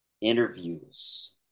interviews